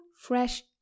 fresh